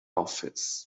office